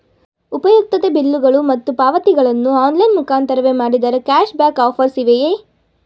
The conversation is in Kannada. ಉಪಯುಕ್ತತೆ ಬಿಲ್ಲುಗಳು ಮತ್ತು ಪಾವತಿಗಳನ್ನು ಆನ್ಲೈನ್ ಮುಖಾಂತರವೇ ಮಾಡಿದರೆ ಕ್ಯಾಶ್ ಬ್ಯಾಕ್ ಆಫರ್ಸ್ ಇವೆಯೇ?